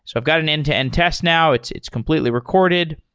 so i've got an end-to-end test now. it's it's completely recorded.